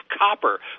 copper